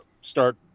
start